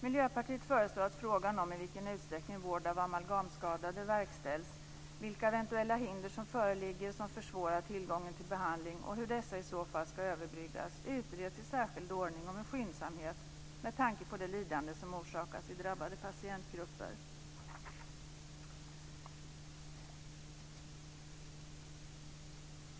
Miljöpartiet föreslår att frågan om i vilken utsträckning vård av amalgamskadade verkställs, vilka eventuella hinder som föreligger som försvårar tillgången till behandling och hur dessa i så fall ska överbryggas utreds i särskild ordning och med skyndsamhet med tanke på det lidande som orsakas hos drabbade patientgrupper.